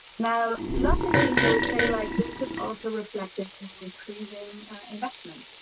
now, logically you would say like, this is also reflective in creating investment.